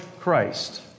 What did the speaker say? Christ